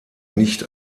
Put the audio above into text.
nicht